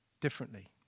differently